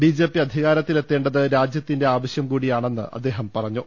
B J P അധികാരത്തിലെത്തേ ണ്ടത് രാജ്യത്തിന്റെ ആവശ്യം കൂടിയാണെന്ന് അദ്ദേഹം പറഞ്ഞു